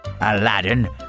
Aladdin